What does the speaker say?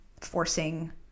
forcing